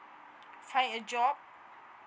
find a job